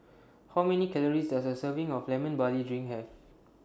How Many Calories Does A Serving of Lemon Barley Drink Have